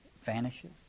vanishes